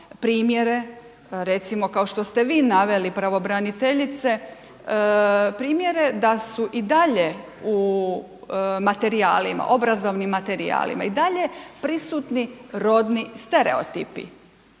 primjere recimo kao što ste vi naveli pravobraniteljice, primjere da su i dalje u materijalima, obrazovnim materijalima i dalje prisutni rodni stereotipi